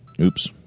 oops